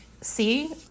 see